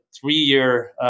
three-year